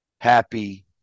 happy